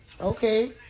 Okay